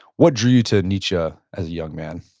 what drew you to nietzsche as a young man?